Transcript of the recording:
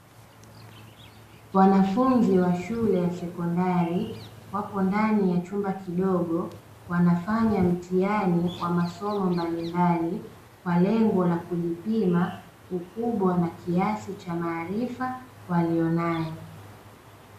Wanafunzi wa shule ya sekondari wapo ndani ya chumba kidogo wanafanya mtihani wa masomo mbalimbali, kwa lengo la kujipima ukubwa na kiasi cha maarifa waliyo nayo.